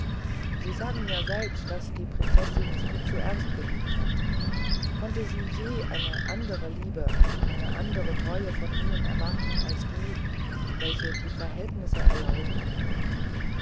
sie sagen ja selbst daß die prinzessin sie zuerst geliebt hat konnte sie je eine andere liebe eine andere treue von ihnen erwarten als die welche die verhältnisse erlauben